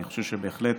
אני חושב שבהחלט